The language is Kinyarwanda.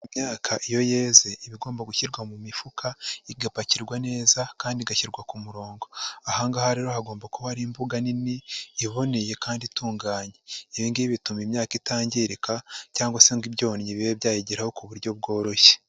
Imyaka iyo yeze iba igomba gushyirwa mu mifuka, igapakirwa neza kandi igashyirwa ku murongo, aha ngaha rero hagomba kuba hari imbuga nini, iboneye kandi itunganye, ibi ngibi bituma imyaka itangirika cyangwa se ngo ibyonnyi bibe byayigeraho ku buryo bworoshye.